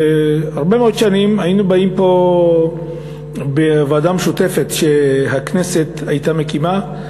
הרבה מאוד שנים היינו באים לפה בוועדה משותפת שהכנסת הייתה מקימה,